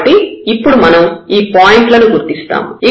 కాబట్టి ఇప్పుడు మనం ఈ పాయింట్ లను గుర్తిస్తాము